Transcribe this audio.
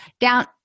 Down